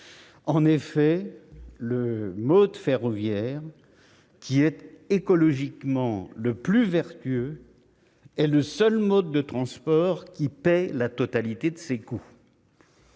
En effet, le mode ferroviaire, qui est écologiquement le plus vertueux, est le seul mode de transport qui paye la totalité de ses coûts